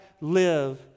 live